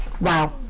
Wow